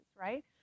right